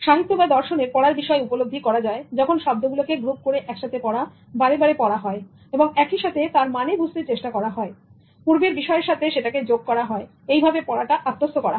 সাহিত্য বা দর্শনের পড়ার বিষয় উপলব্ধি করা যায় যখন শব্দ গুলোকে গ্রুপ করে একসাথে পড়া বারে বারে পড়া হয় এবং একই সাথে তার মানে বুঝতে চেষ্টা করা হয় এবং পূর্বের বিষয়ের সাথে সেটাকে যোগ করা হয় এইভাবে পড়াটা আত্মস্থ করা হয়